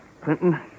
Clinton